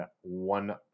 one